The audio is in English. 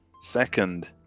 second